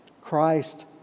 Christ